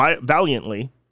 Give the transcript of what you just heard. valiantly